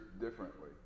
differently